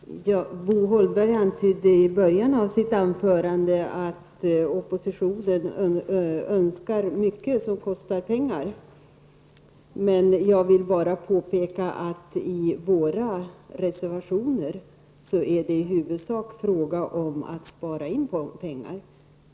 Herr talman! Bo Holmberg antydde i början av sitt anförande att oppositionen önskar mycket som kostar pengar. Men jag vill påpeka att det i våra reservationer i huvudsak är fråga om att spara in pengar.